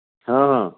ହଁ ହଁ